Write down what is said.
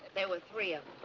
there were three.